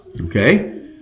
Okay